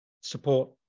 support